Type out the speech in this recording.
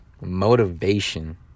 Motivation